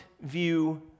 view